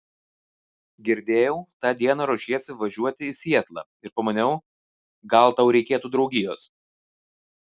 girdėjau tą dieną ruošiesi važiuoti į sietlą ir pamaniau gal tau reikėtų draugijos